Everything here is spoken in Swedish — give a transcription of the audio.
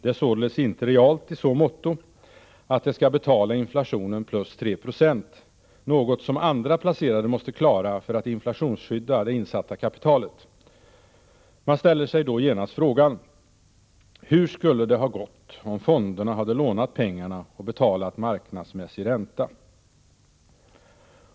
Det är således inte realt i så motto att det skall betala inflationen plus 396, något som andra placerare måste klara för att inflationsskydda det insatta kapitalet. Man ställer sig då genast frågan: Hur skulle det ha gått om fonderna hade lånat pengarna och betalat marknadsmässig ränta?